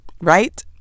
right